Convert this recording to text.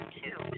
two